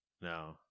no